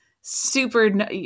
super